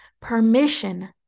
permission